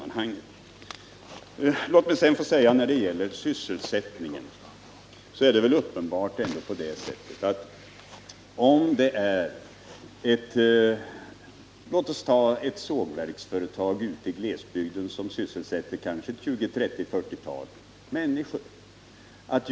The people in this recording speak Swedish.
När det gäller sysselsättningen kan jag såsom exempel ta ett sågverksföretag i glesbygden, som sysselsätter ett 40-tal människor.